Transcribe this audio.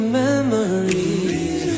memories